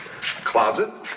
Closet